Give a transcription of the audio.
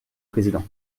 président